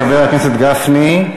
חבר הכנסת גפני.